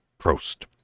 Prost